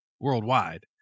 worldwide